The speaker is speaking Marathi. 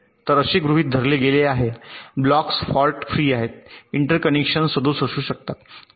तर असे गृहित धरले गेले आहे ब्लॉक्स फॉल्ट फ्री आहेत आणि इंटरकनेक्शन्स सदोष असू शकतात